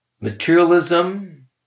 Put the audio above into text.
materialism